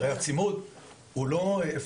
הוא לא שם, איך הוא שם?